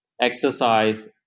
exercise